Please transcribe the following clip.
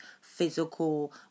physical